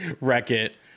Wreck-It